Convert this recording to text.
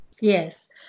Yes